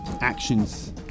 actions